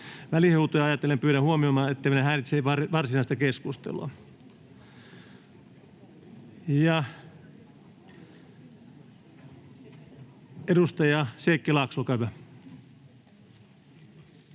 Välihuutoja ajatellen pyydän huomioimaan, etteivät ne häiritse varsinaista keskustelua. Edustaja Sheikki Laakso, olkaa hyvä.